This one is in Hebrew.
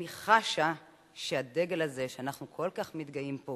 אני חשה שהדגל הזה, שאנחנו כל כך מתגאים בו